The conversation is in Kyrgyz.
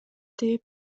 тээп